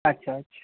আচ্ছা আচ্ছা